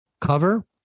cover